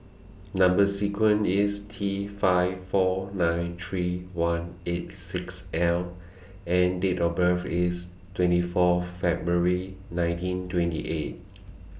Number sequence IS T five four nine three one eight six L and Date of birth IS twenty four February nineteen twenty eight